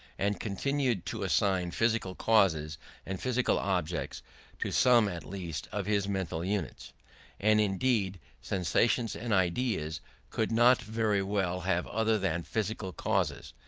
and continued to assign physical causes and physical objects to some, at least, of his mental units and indeed sensations and ideas could not very well have other than physical causes,